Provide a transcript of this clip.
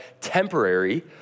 temporary